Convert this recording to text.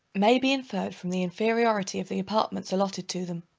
may be inferred from the inferiority of the apartments allotted to them.